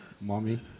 Mommy